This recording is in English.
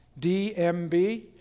DMB